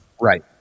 Right